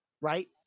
right